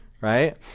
Right